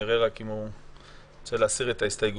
אני אומרת לפרוטוקול שאנחנו גם מסירים את כל ההתנגדויות.